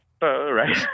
right